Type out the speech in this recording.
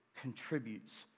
contributes